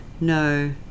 no